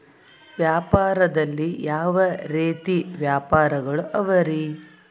ವ್ಯಾಪಾರದಲ್ಲಿ ಯಾವ ರೇತಿ ವ್ಯಾಪಾರಗಳು ಅವರಿ?